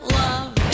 love